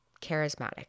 charismatic